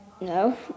no